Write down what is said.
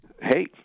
Hey